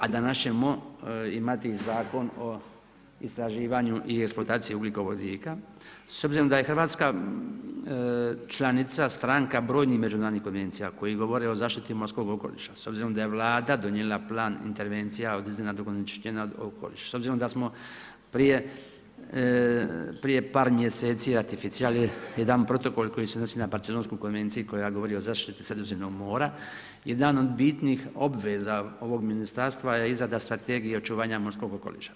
A danas ćemo imati Zakon o istraživanju i eksploataciji ugljikovodika, s obzirom da je Hrvatska članica, stranka brojnih međunarodnih konvencija koje govore o zaštiti morskog okoliša, s obzirom da je Vlada donijela plan intervencija od iznenadnog onečišćenja okoliša, s obzirom prije par mjeseci ratificirali jedan protokol koji se odnosi na Barcelonsku konvenciju koja govori o zaštiti Sredozemnog mora, jedan od bitnih obveza ovog ministarstva je izrada strategije očuvanja morskog okoliša.